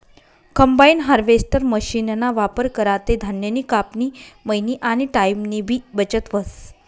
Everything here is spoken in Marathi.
कंबाइन हार्वेस्टर मशीनना वापर करा ते धान्यनी कापनी, मयनी आनी टाईमनीबी बचत व्हस